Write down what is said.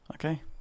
okay